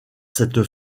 cette